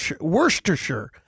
Worcestershire